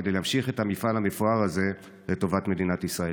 כדי להמשיך את המפעל המפואר הזה לטובת מדינת ישראל.